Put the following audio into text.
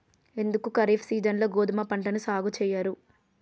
ఎందుకు ఖరీఫ్ సీజన్లో గోధుమ పంటను సాగు చెయ్యరు?